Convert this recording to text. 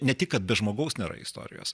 ne tik kad be žmogaus nėra istorijos